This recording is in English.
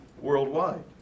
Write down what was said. worldwide